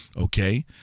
okay